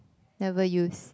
never use